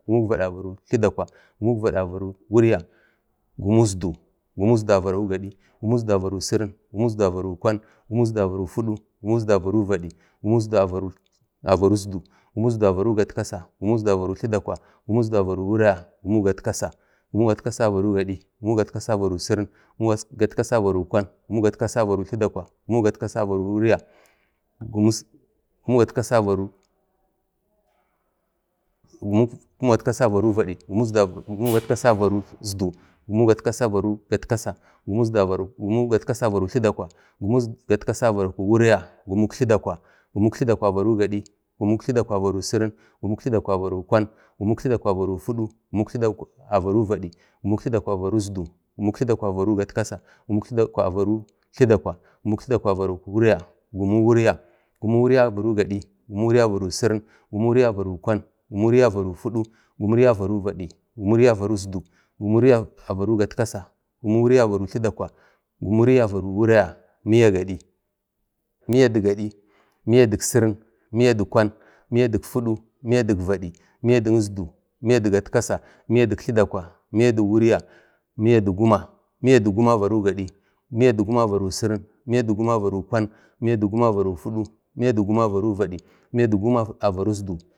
gumuk vad avaro tladakwa, gumuk vad avaro wulya, gumuk sidu, gumuk isu avaro gadi, gumuk isdu avaro sirin, gumuk isdu avaro kwan, gumuk isdu avaro fudu, gumuk isdu avaro vad, gumuk isdu avaro isdu, gumuk isdu avaro gatkasa, gumuk isdu avaro tladakwa, gumuk isdu avaro wulya, gumuk gatkasa, gumuk gatkasa avaro gad, gumuk gatkasa avaro sirin, gumuk gatkasa avaro kwan, gumuk gatkasa avaro tladakwa, gumuk gatkasa avaro wulya, gumuk gatkasa avaro vadi, gumuk gatkasa avaro isdu, gumuk gatkasa avaro gatkasa, gumuk gatkasa avaro gatkasa, gumuk gatkasa avro tladakwa, gumuk gatkasa avaro wulya, gumuk tladakwa, gumuk tladakwa avaro gadi, gumuk tladakwa avaro sirin, gumuk tladakwa avaro kwan, gumuk tladakwa avaro fudu, gumuk tladakwa, avaro vad, gumuk tladakwa avaro isdu, gumuk tladakwa avaro gatkasa, gumuk tladakwa avaro tladakwa. gumuk avaro wlya, gumuk wulya, gumuk wulya avaro gadi, gumuk wulya avaro sirin, gumuk wulya avaro kwan, gumuk wulya avaro fudu, gumuk wulya avaro vad, gumuk wulya avaro isdu, gumuk wulya avaro gatkasa, gumuk wulya avaro tladakwa, gumuk wulya avaro wulya, miya, miya avaro gadi, miya avaro sirin, miya avaro kwan, miya avaro fudu, miya avaro vad. Miya avaro isdu, miya avaro gatkasa, miya avaro wulya, miya dik guma, miya dir guma avaro gadi, miya dik guma avaro sirin, miya dik guma avaro kwan, miya dik guma avaro fudu, miya dik guma avaro vad, miya dik guma avari isdu